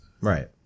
Right